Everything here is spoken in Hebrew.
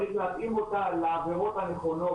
צריך להתאים אותה לעבירות הנכונות,